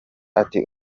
ati